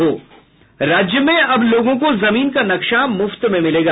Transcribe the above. राज्य में अब लोगों को जमीन का नक्शा मुफ्त में मिलेगा